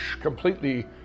completely